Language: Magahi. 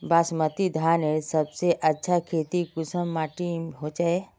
बासमती धानेर सबसे अच्छा खेती कुंसम माटी होचए?